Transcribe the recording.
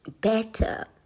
better